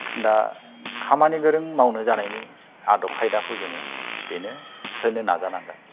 दा खामानि गोरों मावनो जानायनि आदब खायदाखौ जोङो बिनो होनो नाजानांगोन